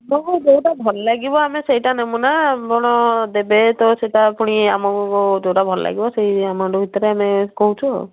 ଆମକୁ ଯୋଉଟା ଭଲ ଲାଗିବ ଆମେ ସେଇଟା ନେବୁନା ଆପଣ ଦେବେ ତ ସେଟା ପୁଣି ଆମକୁ ଯୋଉଟା ଭଲ ଲାଗିବ ସେଇ ଏମାଉଣ୍ଟ ଭିତରେ ଆମେ କହୁଛୁ ଆଉ